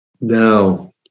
now